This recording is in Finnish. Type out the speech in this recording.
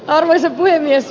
arvoisa puhemies